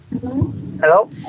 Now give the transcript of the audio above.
Hello